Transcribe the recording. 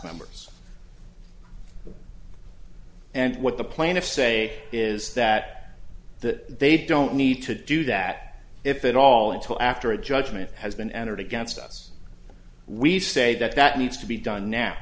members and what the plaintiffs say is that that they don't need to do that if it all until after a judgment has been entered against us we say that that needs to be done now